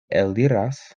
eliras